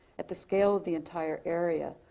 at the scale of the entire area,